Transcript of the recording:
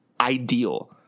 ideal